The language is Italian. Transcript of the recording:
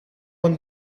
con